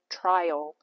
trial